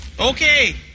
Okay